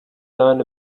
learn